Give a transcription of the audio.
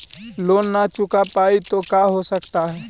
Loan न चुका पाई तो का हो सकता है?